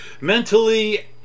mentally